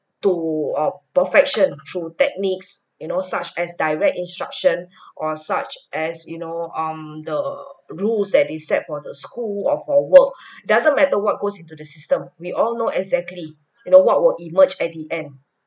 to of perfection through techniques you know such as direct instruction or such as you know um the rules that they set for the school of our work doesn't matter what goes into the system we all know exactly you know what were emerged at the end